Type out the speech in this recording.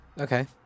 Okay